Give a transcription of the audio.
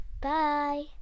Bye